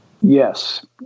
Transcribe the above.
Yes